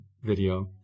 video